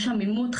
יש עמימות,